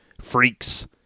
Freaks